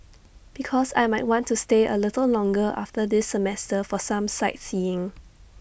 because I might want to stay A little longer after this semester for some sightseeing